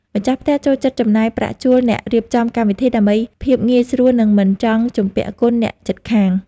ម្ចាស់ផ្ទះចូលចិត្តចំណាយប្រាក់ជួលអ្នករៀបចំកម្មវិធី ដើម្បីភាពងាយស្រួលនិងមិនចង់ជំពាក់គុណអ្នកជិតខាង។